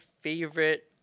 favorite